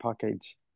package